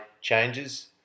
changes